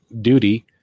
duty